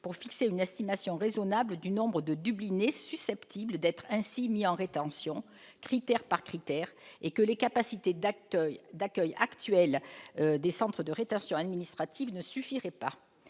pour fixer une estimation raisonnable du nombre de « dublinés » susceptibles d'être ainsi mis en rétention, critère par critère, et, d'autre part, que les capacités d'accueil actuelles des centres de rétention administrative ne suffiraient pas.